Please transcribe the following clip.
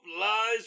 lies